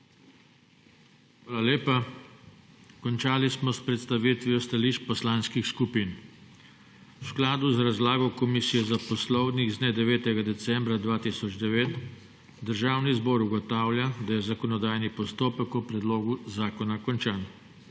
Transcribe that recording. Hvala lepa. Končali smo s predstavitvijo stališč poslanskih skupin. V skladu z razlago Komisije za poslovnik z dne 9. decembra 2009 Državni zbor ugotavlja, da je zakonodajni postopek o predlogu zakona končan.